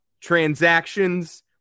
Transactions